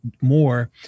more